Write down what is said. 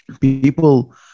People